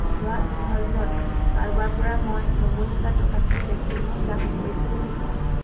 যোৱা পোন্ধৰ দিনত কাৰোবাৰপৰা মই নব্বৈ হাজাৰ টকাতকৈ বেছি ধন লাভ কৰিছিলোঁ নেকি